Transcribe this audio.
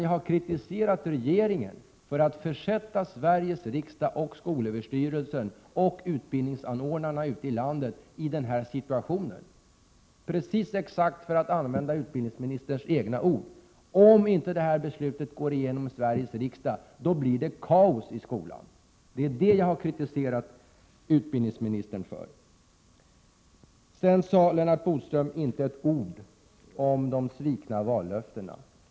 Jag har kritiserat regeringen för att den har försatt Sveriges riksdag, skolöverstyrelsen och utbildningsanordnarna ute i landet i denna situation. För att använda utbildningsministerns egna ord: Om inte det här beslutet går igenom i Sveriges riksdag, blir det kaos i skolan. Det är detta agerande som jag har kritiserat utbildningsministern för. Lennart Bodström sade inte heller ett ord om de svikna vallöftena.